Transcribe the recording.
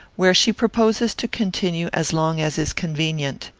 where she proposes to continue as long as is convenient.